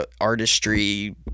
artistry